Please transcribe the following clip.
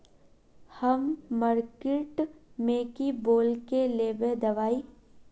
हम मार्किट में की बोल के लेबे दवाई?